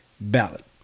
ballot